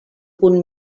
punt